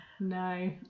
no